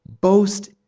boast